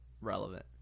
relevant